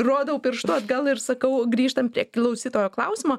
rodau pirštu atgal ir sakau grįžtam prie klausytojo klausimo